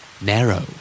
Narrow